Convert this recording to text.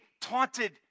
taunted